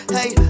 Hey